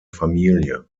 familie